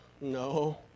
No